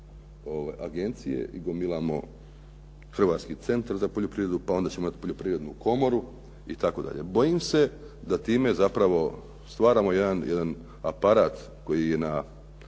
agencije i gomilamo Hrvatski centar za poljoprivredu, pa onda ćemo imati poljoprivrednu komoru itd. Bojim se da time zapravo stvaramo jedan aparat koji je